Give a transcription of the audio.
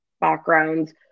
backgrounds